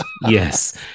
yes